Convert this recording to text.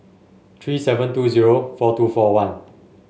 three seven two zero four two four one